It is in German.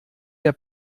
der